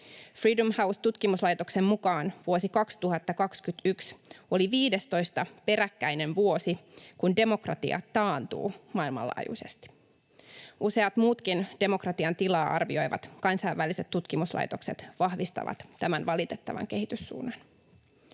Freedom House -tutkimuslaitoksen mukaan vuosi 2021 oli 15. peräkkäinen vuosi, kun demokratia taantuu maailmanlaajuisesti. Useat muutkin demokratian tilaa arvioivat kansainväliset tutkimuslaitokset vahvistavat tämän valitettavan kehityssuunnan.